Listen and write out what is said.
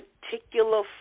particular